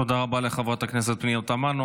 תודה רבה לחברת הכנסת פנינה תמנו.